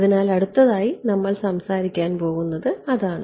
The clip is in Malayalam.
അതിനാൽ അടുത്തതായി നമ്മൾ സംസാരിക്കാൻ പോകുന്നത് അതാണ്